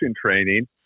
training